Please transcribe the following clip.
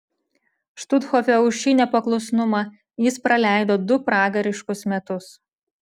štuthofe už šį nepaklusnumą jis praleido du pragariškus metus